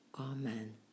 Amen